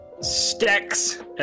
stacks